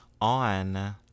on